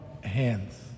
hands